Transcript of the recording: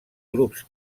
grups